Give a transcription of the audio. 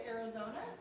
Arizona